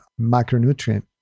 macronutrient